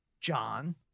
John